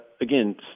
again